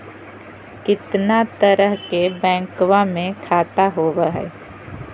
कितना तरह के बैंकवा में खाता होव हई?